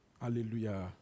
Hallelujah